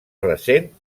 recent